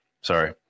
Sorry